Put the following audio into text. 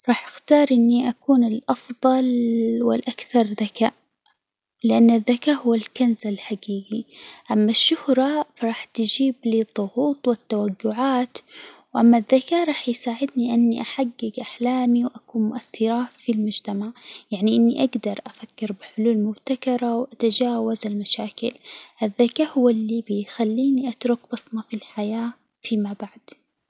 راح أختار إني أكون الأفضل والأكثر ذكاء، لأن الذكاء هو الكنز الحجيجي، أما الشهرة فراح تجيب لي الضغوط والتوجعات، أما الذكاء فراح يساعدني إني أحجج أحلامي وأكون مؤثرة في المجتمع ، يعني إني أجدر أفكر بحلول مبتكرة وأتجاوز المشاكل، الذكاء هو اللي بيخليني أترك بصمة في الحياة فيما بعد.